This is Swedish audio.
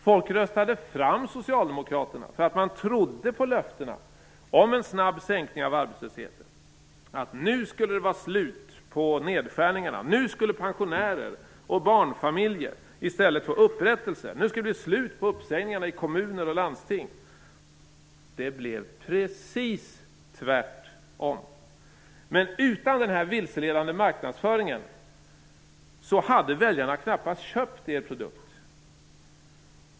Folk röstade fram Socialdemokraterna därför att man trodde på löftena om en snabb sänkning av arbetslösheten, att nu skulle det vara slut på nedskärningarna, nu skulle pensionärer och barnfamiljer i stället få upprättelse, nu skulle det bli slut på uppsägningarna i kommuner och landsting. Det blev precis tvärtom. Utan denna vilseledande marknadsföring hade väljarna knappast köpt er produkt.